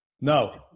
no